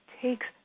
takes